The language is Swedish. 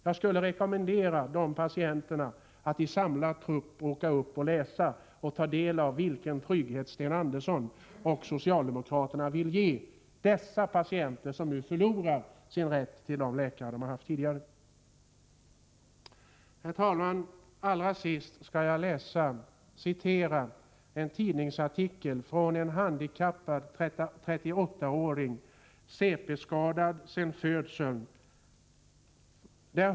Jag rekommenderar dessa patienter att i samlad trupp åka dit och ta del av den trygghet som Sten Andersson och socialdemokraterna vill ge dem som nu förlorar rätten till de läkare de tidigare haft. Herr talman! Allra sist skall jag citera en insändare i en tidning från en handikappad 38-åring som är cp-skadad sedan födseln.